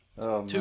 two